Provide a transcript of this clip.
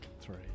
Three